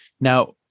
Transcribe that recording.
Now